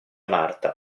marta